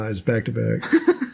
back-to-back